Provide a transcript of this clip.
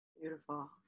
Beautiful